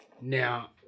Now